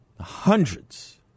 Hundreds